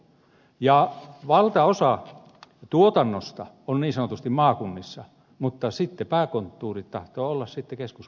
ja valtaosa tuotannosta on niin sanotusti maakunnissa mutta sitten pääkonttuurit tahtovat olla keskuspaikassa